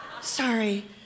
sorry